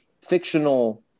fictional